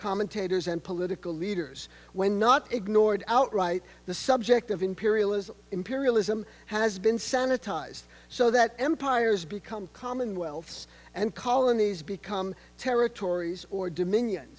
commentators and political leaders when not ignored outright the subject of imperialism imperialism has been sanitized so that empires become commonwealths and colonies become territories or dominion